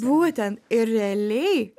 būtent ir realiai